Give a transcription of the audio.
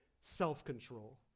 self-control